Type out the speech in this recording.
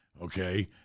okay